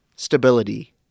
Stability